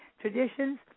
traditions